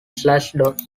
slashdot